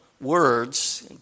words